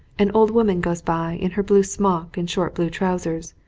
an old woman goes by in her blue smock and short blue trousers,